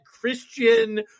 Christian